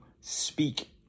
speak